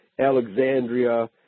Alexandria